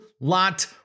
lot